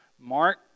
Mark